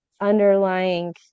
underlying